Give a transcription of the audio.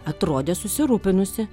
atrodė susirūpinusi